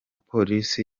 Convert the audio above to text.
polisi